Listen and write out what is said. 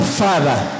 father